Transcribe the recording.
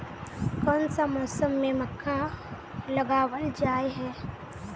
कोन सा मौसम में मक्का लगावल जाय है?